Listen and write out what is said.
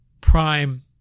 Prime